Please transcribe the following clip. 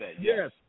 Yes